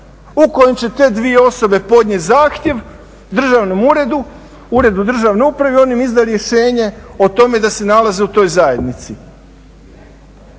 u kojem će te dvije osobe podnijeti zahtjev Državnom uredu, Uredu državne uprave i on im izda rješenje o tome da se nalaze u toj zajednici.